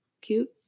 cute